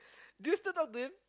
do you still talk to him